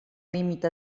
límit